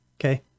Okay